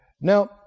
Now